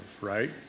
right